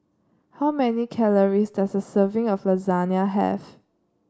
how many calories does a serving of Lasagna have